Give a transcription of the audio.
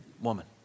woman